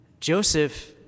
Joseph